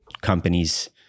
companies